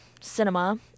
cinema